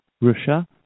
Russia